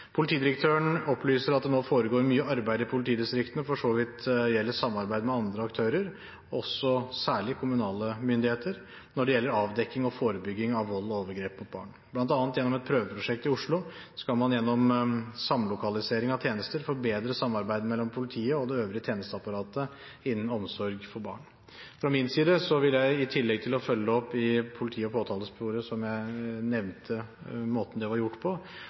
nå foregår mye arbeid i politidistriktene hva gjelder samarbeidet med andre aktører, også særlig kommunale myndigheter, når det gjelder avdekking og forebygging av vold og overgrep mot barn. Blant annet gjennom et prøveprosjekt i Oslo skal man gjennom samlokalisering av tjenester forbedre samarbeidet mellom politiet og det øvrige tjenesteapparatet innen omsorg for barn. Fra min side vil jeg, i tillegg til å følge opp det politi- og påtalesporet som jeg nevnte hvilken måte var gjort på,